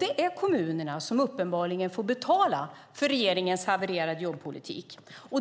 Det är kommunerna som uppenbarligen får betala för regeringens havererade jobbpolitik.